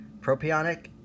Propionic